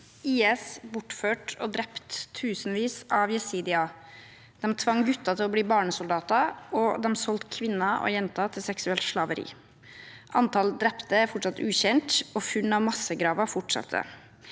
IS bortførte og drepte tusenvis av jesidier. De tvang gutter til å bli barnesoldater, og de solgte kvinner og jenter til seksuelt slaveri. Antall drepte er fortsatt ukjent, og funn av massegraver fortsetter.